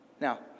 Now